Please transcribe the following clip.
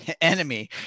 enemy